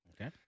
Okay